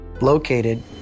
located